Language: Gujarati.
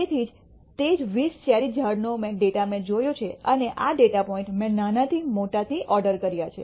તેથી તે જ 20 ચેરી ટ્રીનો ડેટા મેં જોયો છે આ ડેટા પોઇન્ટ મેં નાનાથી મોટામાં ઓર્ડર કરીયા છે